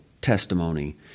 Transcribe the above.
testimony